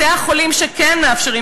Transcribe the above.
בתי-החולים שכן מאפשרים,